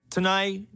Tonight